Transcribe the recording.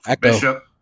Bishop